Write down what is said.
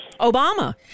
Obama